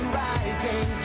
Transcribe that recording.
rising